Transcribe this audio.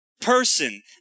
person